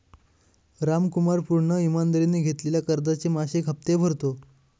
रामकुमार पूर्ण ईमानदारीने घेतलेल्या कर्जाचे मासिक हप्ते भरतो